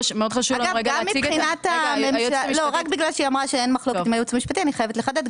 רק בגלל שהיא אמרה שאין מחלוקת עם הייעוץ המשפטי אני חייבת לחדד,